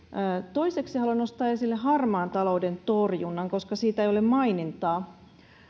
toiseksi haluan nostaa esille harmaan talouden torjunnan koska siitä ei ole mainintaa